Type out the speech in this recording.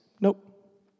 nope